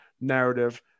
narrative